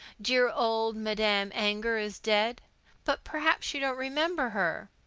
dear old madame anger is dead but perhaps you don't remember her?